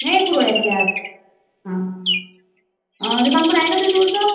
नइ कुरुळ्या केल्या आज हं रिकाम पन आय न ते थोडुसं